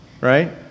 right